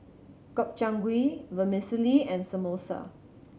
Gobchang Gui Vermicelli and Samosa